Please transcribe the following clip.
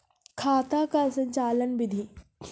खाता का संचालन बिधि?